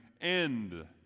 end